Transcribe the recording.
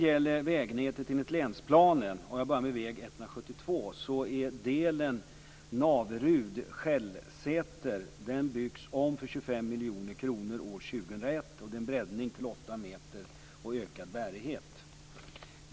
Beträffande vägnätet enligt länsplanen så börjar jag med väg 172. Delen Naverud-Skällsäter byggs om för 25 miljoner kronor år 2001, och det blir en breddning till 8 meter och ökad bärighet.